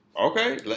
Okay